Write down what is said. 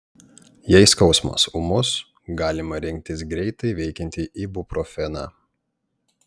jei skausmas ūmus galima rinktis greitai veikiantį ibuprofeną